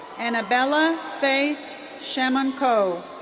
annabella faith chamoun-ko.